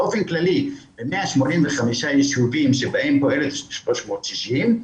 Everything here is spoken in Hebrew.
באופן כללי, ב-185 ישובים שבהם פועלת 360,